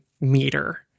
meter